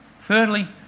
Thirdly